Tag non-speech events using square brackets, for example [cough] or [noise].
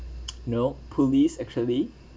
[noise] you know police actually